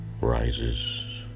rises